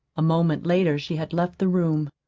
a moment later she had left the room.